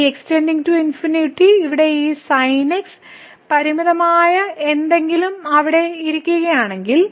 ഈ x ഇവിടെയും ഈ sin x പരിമിതമായ എന്തെങ്കിലും അവിടെ ഇരിക്കുകയാണെങ്കിൽ